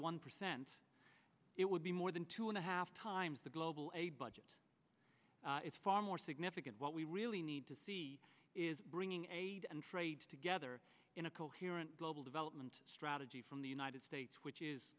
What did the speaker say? one percent it would be more than two and a half times the global aid budget it's far more significant what we really need to see is bringing aid and trade together in a coherent global development strategy from the united states which is